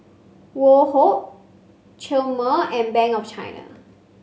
Woh Hup Chomel and Bank of China